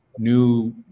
new